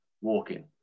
walking